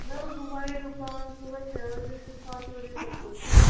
ma'am हमारी दुकान सुबह छः बजे से सात बजे तक खुलती है